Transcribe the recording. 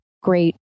great